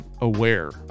aware